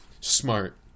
smart